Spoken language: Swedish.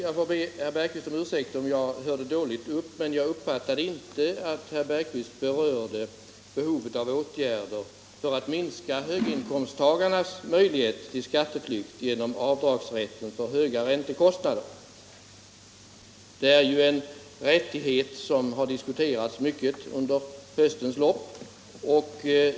Jag får be herr Bergqvist om ursäkt om jag hörde upp dåligt, men jag uppfattade inte att han berörde behovet av åtgärder för att minska höginkomsttagarnas möjligheter till skatteflykt genom att utnyttja avdragsrätten för höga räntekostnader. Denna rättighet har diskuterats under höstens lopp.